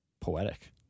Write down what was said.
Poetic